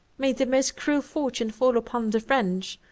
may the most cruel fortune fall upon the french,